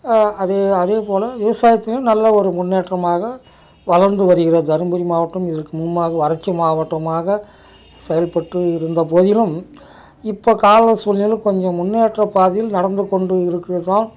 அதே அதேப் போல் விவசாயத்துலேயும் நல்ல ஒரு முன்னேற்றமாக வளர்ந்து வருகிறது தருமபுரி மாவட்டம் இதுக்கு முன்பாக வறட்சி மாவட்டமாக செயல்பட்டு இருந்தபோதிலும் இப்போ கால சூழ்நிலை கொஞ்சம் முன்னேற்றப் பாதையில் நடந்து கொண்டு இருக்கிறதுதாம்